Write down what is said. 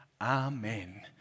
Amen